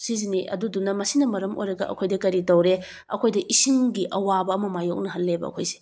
ꯁꯤꯖꯤꯅꯤ ꯑꯗꯨꯗꯨꯅ ꯃꯁꯤꯅ ꯃꯔꯝ ꯑꯣꯏꯔꯒ ꯑꯩꯈꯣꯏꯗ ꯀꯔꯤ ꯇꯧꯔꯦ ꯑꯩꯈꯣꯏꯗ ꯏꯁꯤꯡꯒꯤ ꯑꯋꯥꯕ ꯑꯃ ꯃꯥꯏꯌꯣꯛꯅꯍꯜꯂꯦꯕ ꯑꯩꯈꯣꯏꯁꯦ